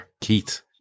Keith